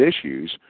issues